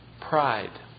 pride